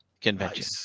convention